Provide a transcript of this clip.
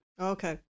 Okay